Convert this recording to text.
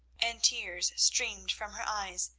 and tears streamed from her eyes,